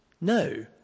no